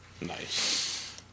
Nice